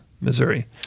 Missouri